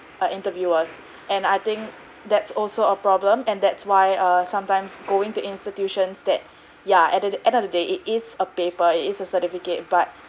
err interview us and I think that's also a problem and that's why err sometimes going to institutions that ya at the the end of the day it is a paper it is a certificate but